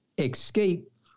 escape